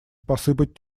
посыпать